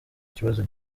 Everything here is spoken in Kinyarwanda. kibazo